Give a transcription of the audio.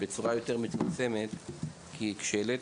העלית